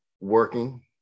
working